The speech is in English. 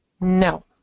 no